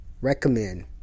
recommend